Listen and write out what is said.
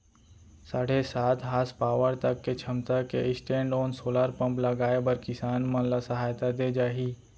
साढ़े सात हासपावर तक के छमता के स्टैंडओन सोलर पंप लगाए बर किसान मन ल सहायता दे जाही